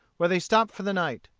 where they stopped for the night.